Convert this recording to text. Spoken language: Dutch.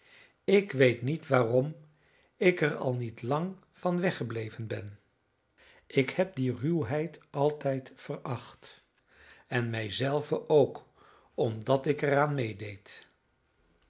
ik weet niet waarom ik er al niet lang van weggebleven ben ik heb die ruwheid altijd veracht en mij zelven ook omdat ik er aan mededeed